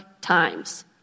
times